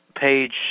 Page